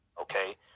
okay